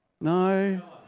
No